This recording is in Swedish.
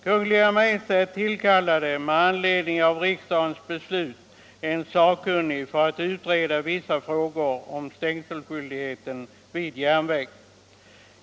Kungl. Maj:t tillkallade med anledning av riksdagens beslut i ärendet en sakkunnig för att utreda vissa frågor om stängselskyldighet vid järnväg.